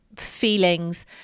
feelings